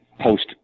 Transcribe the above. Post